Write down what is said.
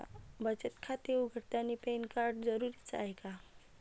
बचत खाते उघडतानी पॅन कार्ड जरुरीच हाय का?